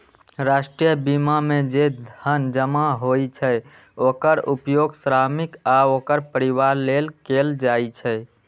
राष्ट्रीय बीमा मे जे धन जमा होइ छै, ओकर उपयोग श्रमिक आ ओकर परिवार लेल कैल जाइ छै